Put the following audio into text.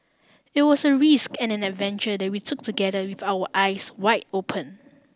it was a risk and an adventure that we took together with our eyes wide open